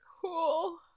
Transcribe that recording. cool